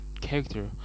character